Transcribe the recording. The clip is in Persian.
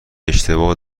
اشتباه